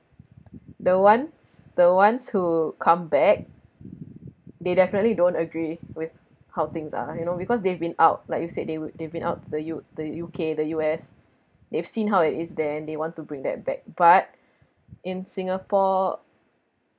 the ones the ones who come back they definitely don't agree with how things are you know because they've been out like you said they would they've been out to the U the U_K the U_S they've seen how it is then they want to bring that back but in singapore